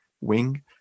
wing